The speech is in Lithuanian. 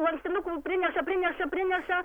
lankstinukų prineša prineša prineša